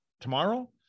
tomorrow